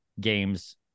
games